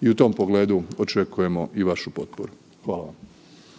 i u tom pogledu očekujemo i vašu potporu. Hvala.